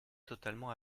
totalement